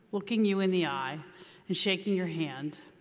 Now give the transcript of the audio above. looking you in the eye and shaking your hand,